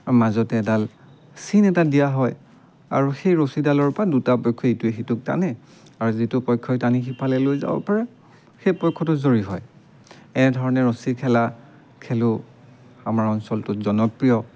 মাজতে এডাল চিন এটা দিয়া হয় আৰু সেই ৰছীডালৰ পৰা দুটা পক্ষই ইটোৱে সিটোক টানে আৰু যিটো পক্ষই টানি সিফালে লৈ যাব পাৰে সেই পক্ষটো জয়ী হয় এনেধৰণে ৰছী খেলা খেলো আমাৰ অঞ্চলটোত জনপ্ৰিয়